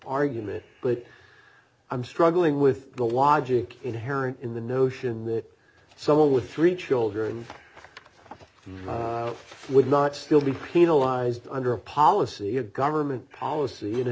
argument but i'm struggling with the logic inherent in the notion that someone with three children would not still be penalized under a policy of government policy in a